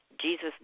Jesus